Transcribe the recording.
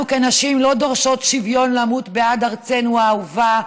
אנחנו כנשים לא דורשות שוויון למות בעד ארצנו האהובה,